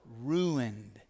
ruined